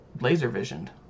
laser-visioned